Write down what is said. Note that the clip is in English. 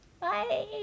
Bye